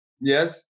Yes